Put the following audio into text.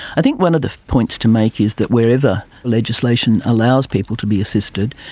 i think one of the points to make is that wherever legislation allows people to be assisted,